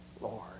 Lord